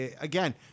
again